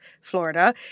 Florida